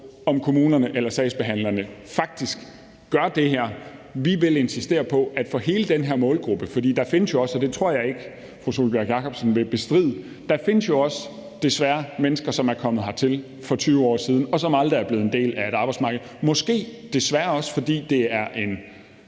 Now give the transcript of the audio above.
om kommunerne eller sagsbehandlerne faktisk gør det her. Vi vil insistere på at få hele den her målgruppe med, for der findes jo desværre også, og det tror jeg ikke at fru Sólbjørg Jakobsen vil bestride, mennesker, som er kommet hertil for 20 år siden, og som aldrig er blevet en del af arbejdsmarkedet. Det kunne måske også være, fordi det er en